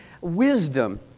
wisdom